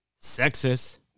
sexist